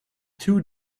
two